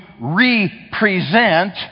represent